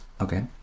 Okay